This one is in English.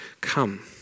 come